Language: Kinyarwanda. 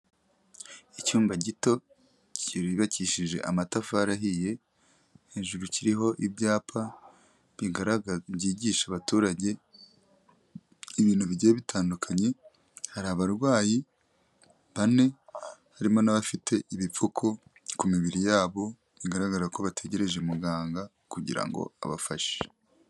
Icyumba gito cyubakishije amatafari ahiye, hejuru kiriho ibyapa bigaragaza, byigisha abaturage ibintu bigiye bitandukanye, hari abarwayi bane, harimo n'abafite ibipfuko ku mibiri yabo, bigaragara ko bategereje muganga, kugira ngo abafashe.